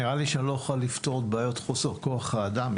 נראה לי שאני לא אוכל לפתור את בעיות חוסר כוח האדם.